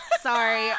Sorry